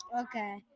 okay